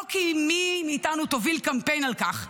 לא כי מי מאיתנו תוביל קמפיין על כך,